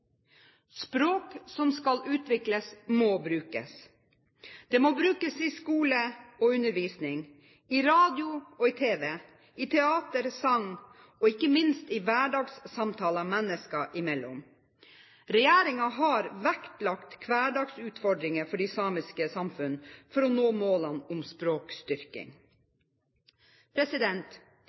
Språk som skal utvikles, må brukes. Det må brukes i skole og undervisning, i radio og i tv, i teater og i sang, og ikke minst i hverdagssamtaler mennesker imellom. Regjeringen har vektlagt hverdagsutfordringer for de samiske samfunn for å nå målene om